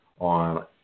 on